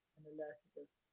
and alerted us,